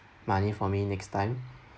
money for me next time